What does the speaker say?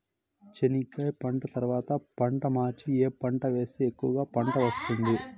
చెనక్కాయ పంట తర్వాత పంట మార్చి ఏమి పంట వేస్తే ఎక్కువగా పంట వస్తుంది?